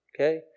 Okay